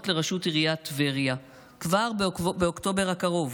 בבחירות לראשות עיריית טבריה כבר באוקטובר הקרוב.